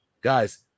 Guys